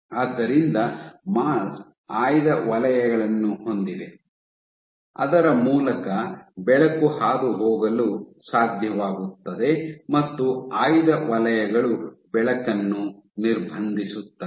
ಆದ್ದರಿಂದ ಮಾಸ್ಕ್ ಆಯ್ದ ವಲಯಗಳನ್ನು ಹೊಂದಿದೆ ಅದರ ಮೂಲಕ ಬೆಳಕು ಹಾದುಹೋಗಲು ಸಾಧ್ಯವಾಗುತ್ತದೆ ಮತ್ತು ಆಯ್ದ ವಲಯಗಳು ಬೆಳಕನ್ನು ನಿರ್ಬಂಧಿಸುತ್ತವೆ